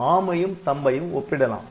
ARM ஐயும் THUMB ஐயும் ஒப்பிடலாம்